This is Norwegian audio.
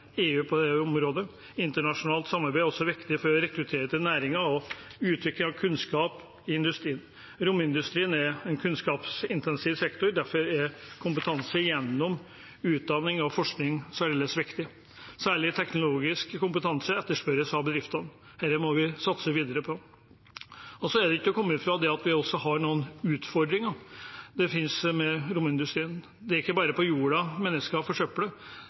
EU på dette området. Internasjonalt samarbeid er også viktig for å rekruttere til næringen og for utvikling av kunnskap i industrien. Romindustrien er en kunnskapsintensiv sektor. Derfor er kompetanse gjennom utdanning og forskning særdeles viktig. Særlig teknologisk kompetanse etterspørres av bedriftene. Dette må vi satse videre på. Så er det ikke til å komme fra at det også finnes noen utfordringer med romindustrien. Det er ikke bare på jorden mennesker forsøpler.